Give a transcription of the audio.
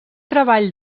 treball